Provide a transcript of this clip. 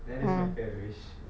that is my third wish